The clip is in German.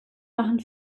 machen